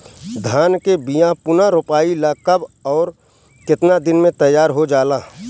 धान के बिया पुनः रोपाई ला कब और केतना दिन में तैयार होजाला?